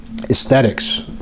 Aesthetics